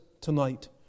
tonight